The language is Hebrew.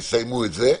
שיסיימו את זה.